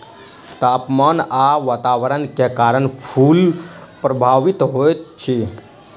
तापमान आ वातावरण के कारण फूल प्रभावित होइत अछि